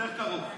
תדבר עם חברת